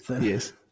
Yes